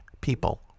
People